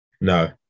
no